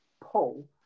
pull